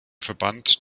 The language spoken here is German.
verband